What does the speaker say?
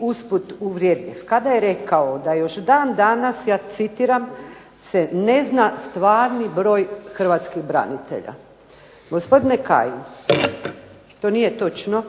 usput i uvredljiv, kada je rekao da i dan dana ja citiram "se ne zna stvarni broj Hrvatskih branitelja". Gospodine Kajin to nije točno.